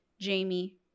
Jamie